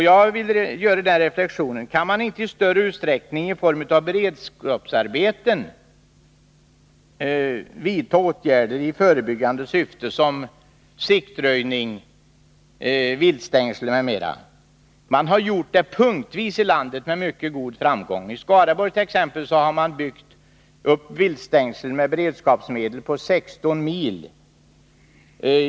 Jag vill göra denna reflexion: Kan man inte i större utsträckning i form av beredskapsarbeten vidta åtgärder i förebyggande syfte, t.ex. siktröjning och uppsättning av viltstängsel? Man har gjort detta punktvis i landet, med mycket god framgång. I Skaraborgs län t.ex. har man byggt upp viltstängsel med beredskapsmedel längs 16 mil väg.